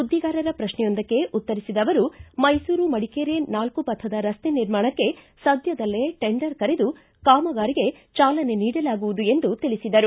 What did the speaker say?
ಸುದ್ದಿಗಾರರ ಪ್ರಶ್ನೆಯೊಂದಕ್ಕೆ ಉತ್ತರಿಸಿದ ಅವರು ಮೈಸೂರು ಮಡಿಕೇರಿ ನಾಲ್ಕುಪಥದ ರಸ್ತೆ ನಿರ್ಮಾಣಕ್ಕೆ ಸದ್ದದಲ್ಲೇ ಟೆಂಡರ್ ಕರೆದು ಕಾಮಗಾರಿಗೆ ಚಾಲನೆ ನೀಡಲಾಗುವುದು ಎಂದು ತಿಳಿಸಿದರು